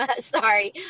Sorry